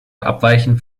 abweichend